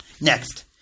Next